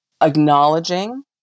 acknowledging